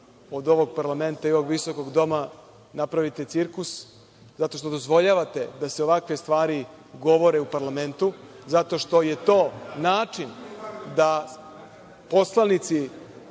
od ovog parlamenta i ovog visokog doma napravite cirkus, zato što dozvoljavate da se ovakve stvari govore u parlamentu, zato što je to način da poslanici